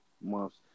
months